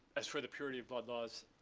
as for the purity of blood laws,